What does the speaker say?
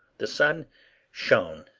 the sun shone,